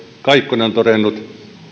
kaikkonen on todennut